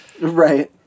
Right